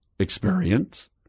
experience